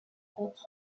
compte